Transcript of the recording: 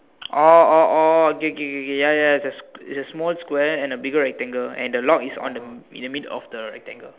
oh oh oh okay K K K ya ya ya it's a small square and a bigger rectangle and the lock is like on the middle of the rectangle